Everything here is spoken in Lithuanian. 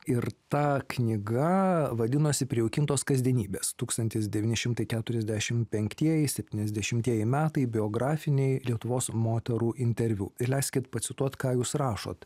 ir ta knyga vadinosi prijaukintos kasdienybės tūkstantis devyni šimtai keturiasdešimt penktieji septyniasdešimtieji metai biografiniai lietuvos moterų interviu leiskit pacituot ką jūs rašot